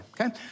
Okay